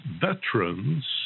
veterans